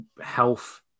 health